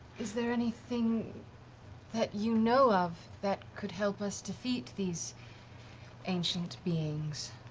is there anything that you know of that could help us defeat these ancient beings?